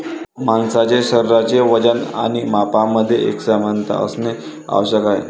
माणसाचे शरीराचे वजन आणि मापांमध्ये एकसमानता असणे आवश्यक आहे